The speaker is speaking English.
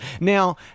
now